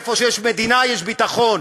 איפה שיש מדינה, יש ביטחון.